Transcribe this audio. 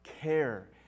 care